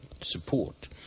support